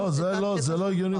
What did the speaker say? הבנתי הבנתי, לא זה לא הגיוני.